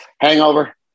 Hangover